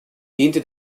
diente